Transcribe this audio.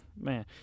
Man